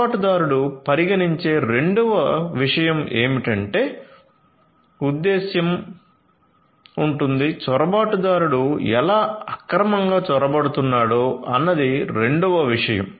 చొరబాటుదారుడు పరిగణించే రెండవ విషయం ఏమిటంటే ఉద్దేశ్యం ఉంది చొరబాటుదారుడు ఎలా అక్రమంగా చొరబడబోతున్నాడో అన్నది రెండవ విషయం